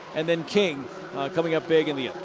and then king coming up big in the ah